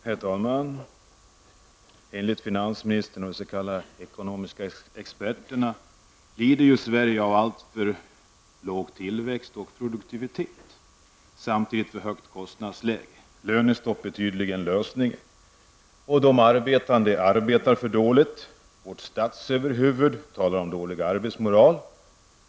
Herr talman! Enligt finansministern och de s.k. ekonomiska experterna lider Sverige av alltför låg tillväxt och produktivitet och samtidigt av ett för högt kostnadsläge. Lönestopp är tydligen lösningen. De arbetande arbetar för dåligt. Vårt statsöverhuvud talar om dålig arbetsmoral.